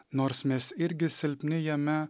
nors mes irgi silpni jame